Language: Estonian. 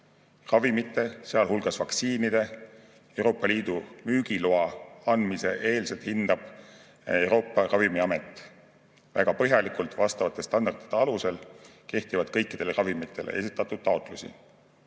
Ravimite, sealhulgas vaktsiinide Euroopa Liidu müügiloa andmise eelselt hindab Euroopa Ravimiamet väga põhjalikult vastavate standardite alusel, mis kehtivad kõikidele ravimitele, esitatud taotlusi.